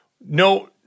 No